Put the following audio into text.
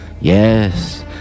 Yes